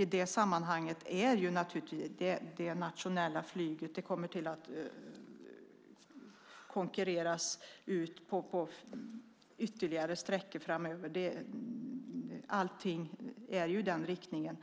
I det sammanhanget, om vi klarar av att ha mycket tydligare transportövergripande planeringar, kommer naturligtvis det nationella flyget att konkurreras ut på ytterligare sträckor framöver. Allt går ju i den riktningen.